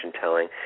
telling